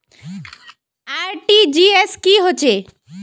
RTGS की होचए?